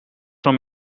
from